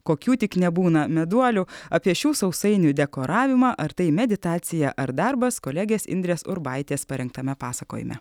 kokių tik nebūna meduolių apie šių sausainių dekoravimą ar tai meditacija ar darbas kolegės indrės urbaitės parengtame pasakojime